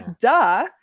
duh